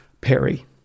Perry